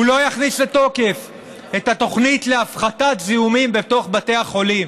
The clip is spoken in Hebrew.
הוא לא יכניס לתוקף את התוכנית להפחתת זיהומים בתוך בתי החולים.